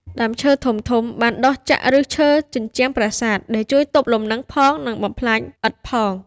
ដើមឈើធំៗបានដុះចាក់ប្ឫសលើជញ្ជាំងប្រាសាទ ដែលជួយទប់លំនឹងផង និងបំផ្លាញឥដ្ឋផង។